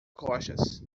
costas